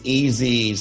easy